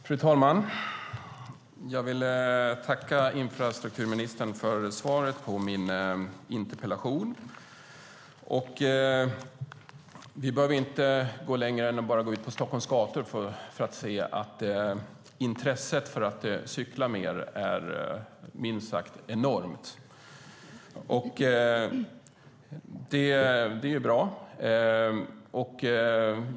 Fru talman! Jag vill tacka infrastrukturministern för svaret på min interpellation. Vi behöver inte gå längre än till Stockholms gator för att se att intresset för att cykla minst sagt är enormt. Det är bra.